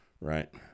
Right